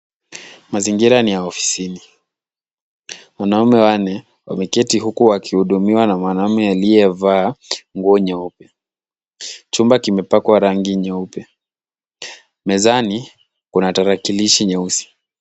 Mazingira ni ya ofisini ,wanaume wanne wameketi huku wakihudumiwa na mwanamume aliyevaa nguo nyeupe ,chumba kimepakwa rangi nyeupe ,mezani kuna tarakilishi nyeusi.